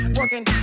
Working